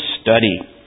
study